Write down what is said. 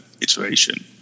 iteration